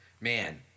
Man